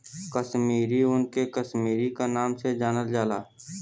कसमीरी ऊन के कसमीरी क नाम से जानल जाला